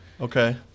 Okay